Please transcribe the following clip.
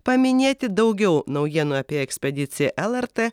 paminėti daugiau naujienų apie ekspediciją lrt